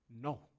No